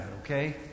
okay